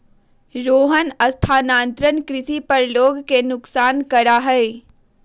रोहन स्थानांतरण कृषि पर लोग के नुकसान करा हई